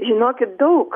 žinokit daug